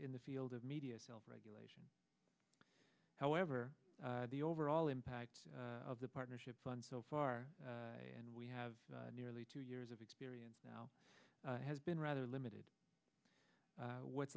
in the field of media self regulation however the overall impact of the partnership fund so far and we have nearly two years of experience now has been rather limited what's